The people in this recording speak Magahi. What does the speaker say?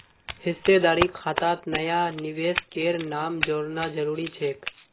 हिस्सेदारी खातात नया निवेशकेर नाम जोड़ना जरूरी छेक